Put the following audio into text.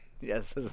Yes